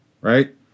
right